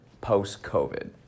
post-COVID